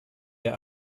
der